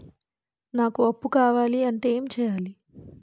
నాకు అప్పు కావాలి అంటే ఎం చేయాలి?